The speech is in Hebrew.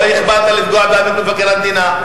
לא אכפת לה לפגוע באמינות של מבקר המדינה,